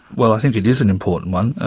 well, i think it is an important one.